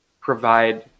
provide